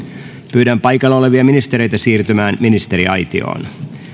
pyydän paikalla olevia ministereitä siirtymään ministeriaitioon